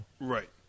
Right